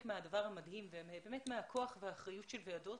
למדה שחלק מהדבר המדהים באמת מהכוח והאחריות של הוועדות